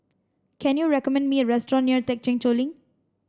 can you recommend me a restaurant near Thekchen Choling